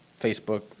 Facebook